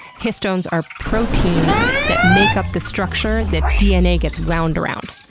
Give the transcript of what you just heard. histones are proteins that make up the structure that dna gets wound around.